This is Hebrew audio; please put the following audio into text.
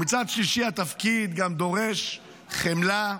ומצד שלישי, התפקיד דורש גם חמלה,